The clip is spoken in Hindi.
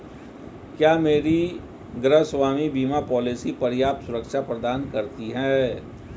क्या मेरी गृहस्वामी बीमा पॉलिसी पर्याप्त सुरक्षा प्रदान करती है?